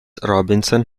robinson